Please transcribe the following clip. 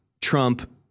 Trump